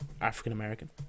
African-American